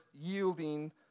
yielding